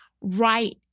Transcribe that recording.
right